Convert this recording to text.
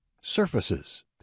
Surfaces